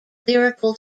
lyrical